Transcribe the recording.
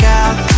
out